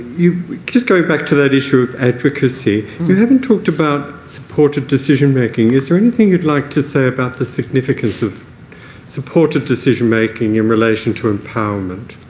just going back to that issue of advocacy, you haven't talked about supported decision-making. is there anything you'd like to say about the significance of supported decision-making in relation to empowerment?